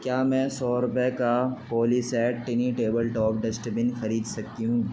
کیا میں سو روپے کا Polyset tiny tabletop dustbin خرید سکتی ہوں